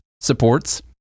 supports